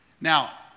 Now